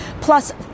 Plus